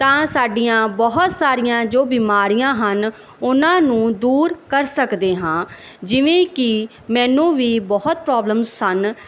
ਤਾਂ ਸਾਡੀਆਂ ਬਹੁਤ ਸਾਰੀਆਂ ਜੋ ਬਿਮਾਰੀਆਂ ਹਨ ਉਹਨਾਂ ਨੂੰ ਦੂਰ ਕਰ ਸਕਦੇ ਹਾਂ ਜਿਵੇਂ ਕਿ ਮੈਨੂੰ ਵੀ ਬਹੁਤ ਪ੍ਰੋਬਲਮਸ ਸਨ